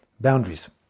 boundaries